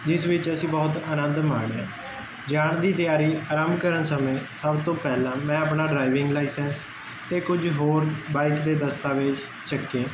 ਜਿਸ ਵਿੱਚ ਅਸੀਂ ਬਹੁਤ ਆਨੰਦ ਮਾਣਿਆ ਜਾਣ ਦੀ ਤਿਆਰੀ ਆਰੰਭ ਕਰਨ ਸਮੇਂ ਸਭ ਤੋਂ ਪਹਿਲਾਂ ਮੈਂ ਆਪਣਾ ਡਰਾਈਵਿੰਗ ਲਾਈਸੈਂਸ ਤੇ ਕੁਝ ਹੋਰ ਬਾਈਕ ਦੇ ਦਸਤਾਵੇਜ਼ ਚੱਕੇ